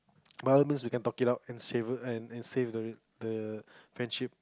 by all means we can talk it out and saviour and save the the friendship